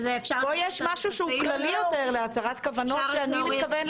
כאן יש משהו שהוא כללי יותר להצהרת כוונות שאני מתכוון לייצא.